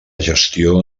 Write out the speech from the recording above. gestió